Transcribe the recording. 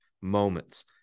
moments